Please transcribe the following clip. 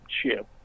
ship